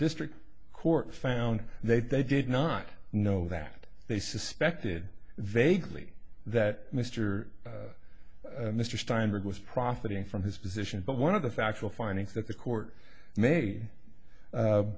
district court found that they did not know that they suspected vaguely that mister mr steinberg was profiting from his position but one of the factual findings that the court may